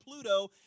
Pluto